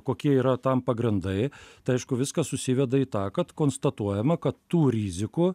kokie yra tam pagrindai tai aišku viskas susiveda į tą kad konstatuojama kad tų rizikų